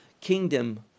kingdom